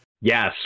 Yes